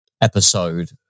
episode